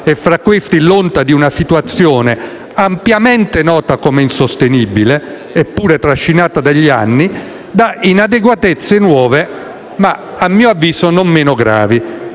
(fra questi, l'onta di una situazione ampiamente nota come insostenibile, eppure trascinata negli anni) da inadeguatezze nuove ma a mio avviso non meno gravi.